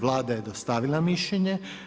Vlada je dostavila mišljenje.